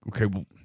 okay